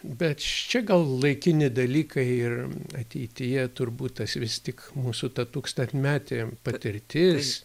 bet čia gal laikini dalykai ir ateityje turbūt tas vis tik mūsų ta tūkstantmetė patirtis